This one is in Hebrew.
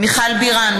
יחיאל חיליק בר,